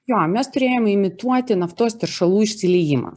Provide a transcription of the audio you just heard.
jo mes turėjom imituoti naftos teršalų išsiliejimą